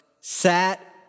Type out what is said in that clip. Sat